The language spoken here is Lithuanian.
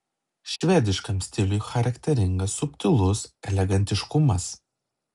švediškam stiliui charakteringas subtilus elegantiškumas